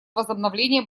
возобновления